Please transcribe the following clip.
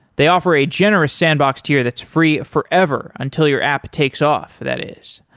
they offer a generous sandbox tier that's free forever until your app takes off, that is.